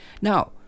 Now